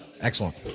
Excellent